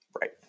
Right